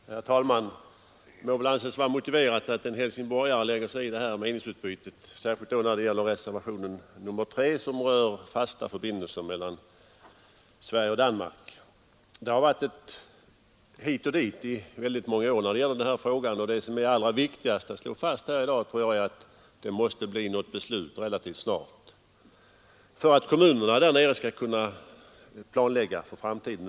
Herr talman! Det får väl anses motiverat att en helsingborgare lägger sig i det här meningsutbytet, särskilt då det gäller reservationen 3 som rör fasta förbindelser mellan Sverige och Danmark. Det har varit ett hit och dit i många år när det gäller denna fråga. Det som är allra viktigast att slå fast i dag är att det måste fattas ett beslut relativt snart för att kommunerna där nere skall kunna planlägga för framtiden.